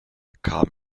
kam